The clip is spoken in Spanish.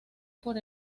por